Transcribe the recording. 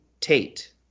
Tate